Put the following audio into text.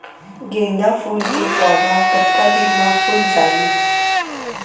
गेंदा फूल के पौधा कतका दिन मा फुल जाही?